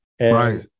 right